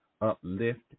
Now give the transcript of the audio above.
uplift